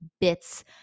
bits